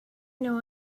know